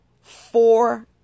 four